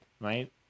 right